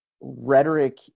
rhetoric